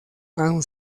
han